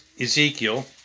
Ezekiel